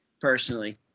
personally